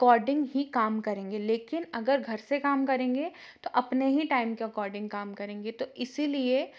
according ही काम करेंगे लेकिन अगर घर से काम करेंगे तो अपने ही टाइम के अकॉर्डिंग कम करेंगे तो इसीलिए